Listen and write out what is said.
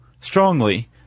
strongly